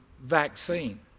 vaccine